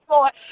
Lord